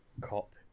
Cop